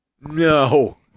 No